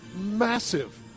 massive